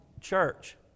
church